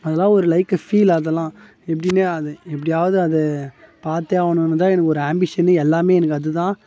அதெலாம் ஒரு like feel அதெலாம் இப்படின்னே அது எப்படியாது அதை பார்த்தே ஆகணுன்னு தான் எனக்கு ஒரு ஆம்பிஷன்னே எல்லாம் எனக்கு அது தான்